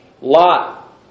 Lot